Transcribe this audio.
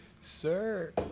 Sir